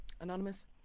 Anonymous